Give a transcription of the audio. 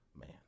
man